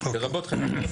לרבות חלק ממנו,